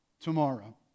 tomorrow